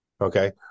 Okay